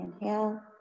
Inhale